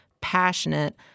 passionate